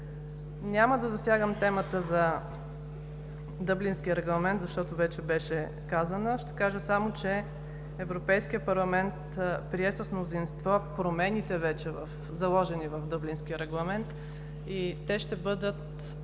Няма да засягам темата за Дъблинския регламент, защото вече беше казано, но ще кажа само, че Европейският парламент прие с мнозинство промените, вече заложени в Дъблинския регламент. Те ще бъдат